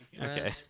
Okay